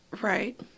Right